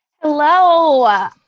Hello